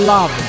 Love